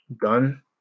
done